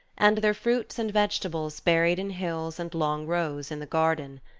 and their fruits and vegetables buried in hills and long rows in the garden.